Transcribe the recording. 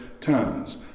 towns